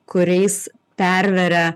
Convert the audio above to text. kuriais perveria